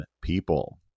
people